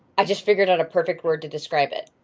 i just figured out a perfect word to describe it.